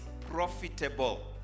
profitable